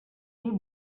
sea